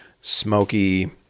smoky